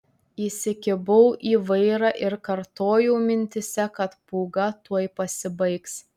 įsikibau į vairą ir kartojau mintyse kad pūga tuoj pasibaigs